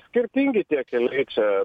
skirtingi tie keliai čia